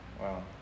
Wow